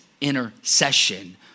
intercession